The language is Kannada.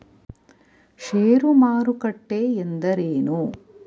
ಷೇರು ಮಾರುಕಟ್ಟೆ ಎಂದರೇನು?